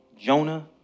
Jonah